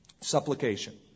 Supplication